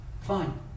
Fine